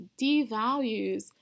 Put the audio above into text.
devalues